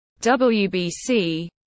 WBC